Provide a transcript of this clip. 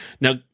now